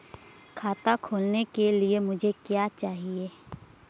खाता खोलने के लिए मुझे क्या क्या चाहिए?